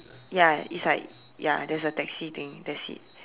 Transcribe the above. ya it's like ya there's a taxi thing that's it